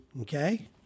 Okay